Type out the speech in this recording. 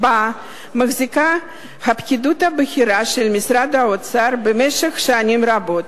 שבה מחזיקה הפקידות הבכירה של משרד האוצר במשך שנים רבות.